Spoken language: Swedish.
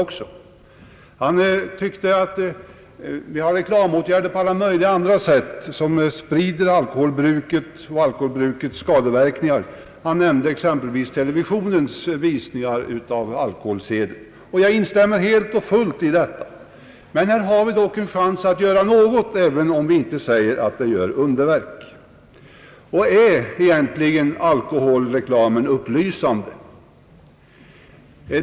Han framhöll också att reklam för alkoholbruket sprids på många olika sätt, och han nämnde som exempel att alkoholseder visas i televisionen. Vi har emellertid här en chans att ändå göra något, även om ingen påstår sig kunna göra underverk. Är egentligen alkoholreklamen upplysande?